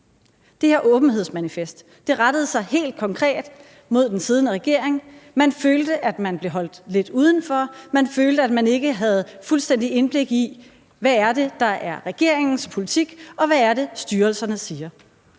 Det her åbenhedsmanifest rettede sig helt konkret mod den siddende regering. Man følte, at man blev holdt lidt udenfor, og man følte, at man ikke havde fuldstændig indblik i, hvad det er, der er regeringens politik, og hvad det er, styrelserne siger.